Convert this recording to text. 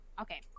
okay